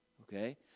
Okay